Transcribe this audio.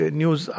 news